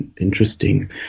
interesting